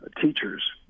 teachers